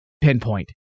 pinpoint